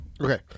Okay